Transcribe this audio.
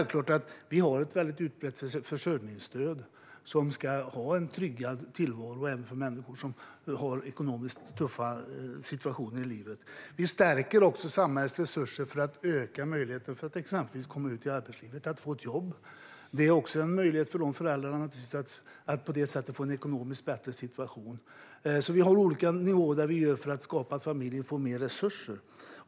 Vi har ett väldigt utbrett försörjningsstöd för att ge en tryggad tillvaro även för människor som har ekonomiskt tuffa situationer i livet. Vi stärker också samhällets resurser för att öka möjligheten att exempelvis komma ut i arbetslivet och få ett jobb. Det är också en möjlighet för de föräldrarna att på det sättet få en ekonomiskt bättre situation. Vi har alltså olika nivåer som vi arbetar på för att familjer ska få mer resurser.